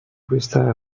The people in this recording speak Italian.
questa